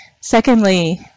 secondly